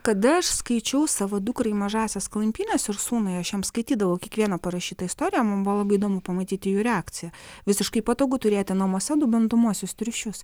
kada aš skaičiau savo dukrai mažąsias klampynes ir sūnui aš jam skaitydavau kiekvieną parašytą istoriją man buvo labai įdomu pamatyti jų reakciją visiškai patogu turėti namuose du bandomuosius triušius